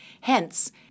Hence